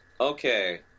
Okay